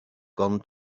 gone